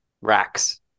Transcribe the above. racks